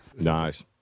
Nice